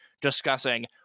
discussing